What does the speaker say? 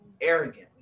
arrogantly